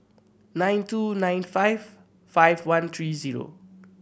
nine two nine five five one three zero